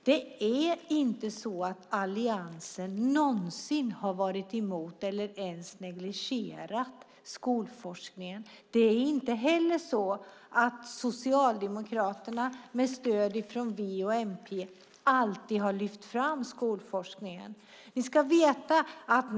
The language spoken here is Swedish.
Det är inte så att Alliansen någonsin har varit emot eller ens negligerat skolforskningen. Det är inte heller så att Socialdemokraterna med stöd från V och MP alltid har lyft fram skolforskningen.